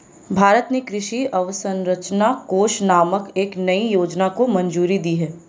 भारत ने कृषि अवसंरचना कोष नामक एक नयी योजना को मंजूरी दी है